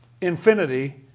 infinity